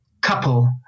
couple